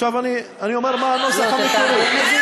עכשיו אני אומר מה הנוסח המקורי.